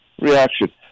reaction